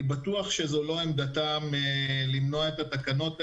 אני בטוח שזו לא עמדתם למנוע את התקנות האלה,